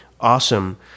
awesome